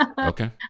Okay